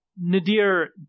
Nadir